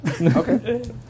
Okay